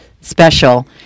special